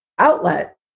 Outlet